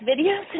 videos